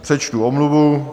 Přečtu omluvu.